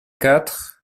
quatre